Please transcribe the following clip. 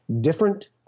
different